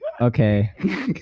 okay